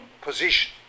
position